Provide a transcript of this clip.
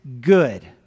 good